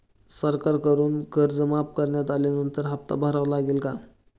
सरकारकडून कर्ज माफ करण्यात आल्यानंतर हप्ता भरावा लागेल का?